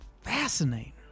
fascinating